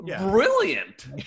brilliant